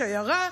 שיירה,